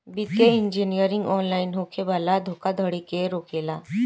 वित्तीय engineering online होखे वाला धोखाधड़ी के रोकेला